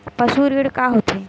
पशु ऋण का होथे?